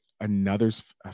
another's